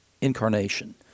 Incarnation